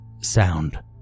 Sound